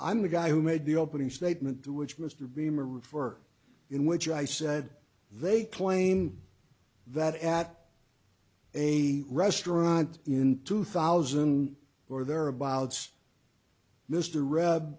i'm the guy who made the opening statement to which mr bremer refer in which i said they claimed that at a restaurant in two thousand or thereabouts mr r